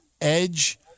Edge